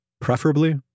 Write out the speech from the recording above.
preferably